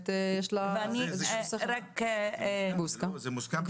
זה כבר מוסכם.